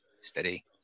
Steady